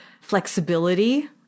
flexibility